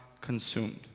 consumed